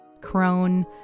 crone